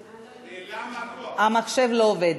נעלם לי, המחשב לא עובד.